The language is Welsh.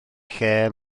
lle